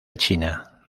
china